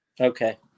Okay